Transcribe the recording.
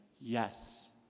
yes